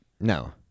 No